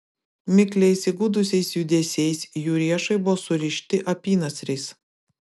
mikliais įgudusiais judesiais jų riešai buvo surišti apynasriais